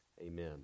amen